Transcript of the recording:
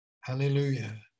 hallelujah